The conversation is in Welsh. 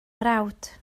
mrawd